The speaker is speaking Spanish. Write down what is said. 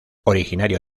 originario